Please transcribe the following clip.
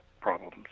problems